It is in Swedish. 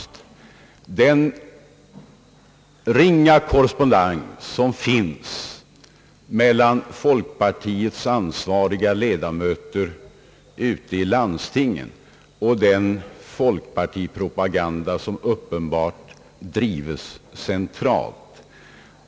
För det första är det den ringa korrespondensen mellan vad som uträttas av folkpartiets ansvariga ledamöter ute i landstingen och den folkpartipropaganda som uppenbart drivs centralt.